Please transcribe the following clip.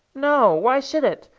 no. why should it?